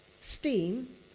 steam